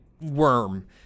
worm